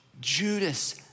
Judas